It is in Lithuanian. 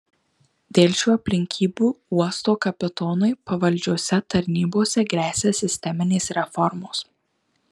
dėl šių aplinkybių uosto kapitonui pavaldžiose tarnybose gresia sisteminės reformos